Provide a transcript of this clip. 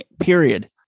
period